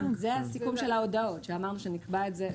--- זה הסיכום של ההודעות שאמרנו שנקבע את זה.